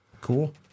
Cool